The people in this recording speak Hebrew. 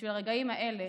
בשביל הרגעים האלה,